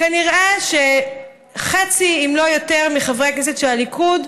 כנראה שחצי אם לא יותר מחברי הכנסת של הליכוד,